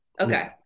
okay